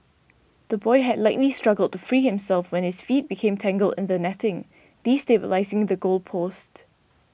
the boy had likely struggled to free himself when his feet became tangled in the netting destabilising the goal post